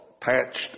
patched